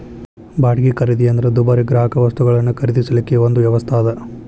ಬಾಡ್ಗಿ ಖರೇದಿ ಅಂದ್ರ ದುಬಾರಿ ಗ್ರಾಹಕವಸ್ತುಗಳನ್ನ ಖರೇದಿಸಲಿಕ್ಕೆ ಒಂದು ವ್ಯವಸ್ಥಾ ಅದ